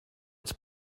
its